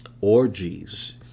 orgies